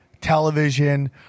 television